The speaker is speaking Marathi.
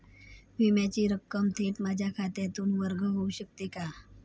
विम्याची रक्कम थेट माझ्या खात्यातून वर्ग होऊ शकते का?